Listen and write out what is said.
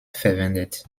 verwendet